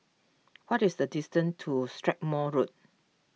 what is the distance to Strathmore Road